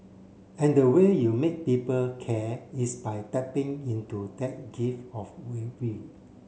and the way you make people care is by tapping into that gift of